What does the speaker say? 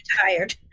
tired